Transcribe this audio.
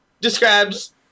describes